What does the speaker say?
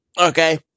Okay